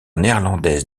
néerlandaise